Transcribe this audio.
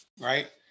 Right